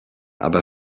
aber